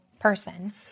person